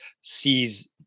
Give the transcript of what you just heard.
sees